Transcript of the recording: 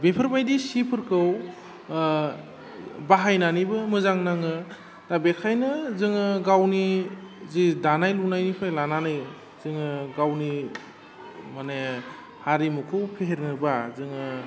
बेफोरबायदि सिफोरखौ बाहायनानैबो मोजां नाङो बेखायनो जोङो गावनि जि दानाय लुनायनिफ्राय लानानै जोङो गावनि माने हारिमुखौ फेहेरनोबा जोङो